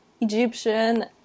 Egyptian